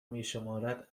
میشمارد